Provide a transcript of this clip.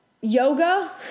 yoga